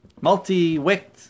Multi-wicked